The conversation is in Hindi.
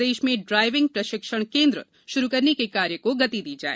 प्रदेश में ड्राइविंग प्रशिक्षण केन्द्र प्रारंभ करने के कार्य को गति दी जाए